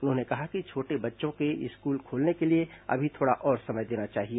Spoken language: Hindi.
उन्होंने कहा है कि छोटे बच्चों के स्कूल खोलने के लिए अभी थोड़ा और समय देना चाहिए